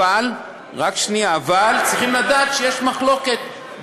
אבל צריכים לדעת שיש מחלוקת,